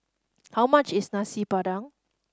how much is Nasi Padang